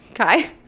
okay